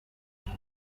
nta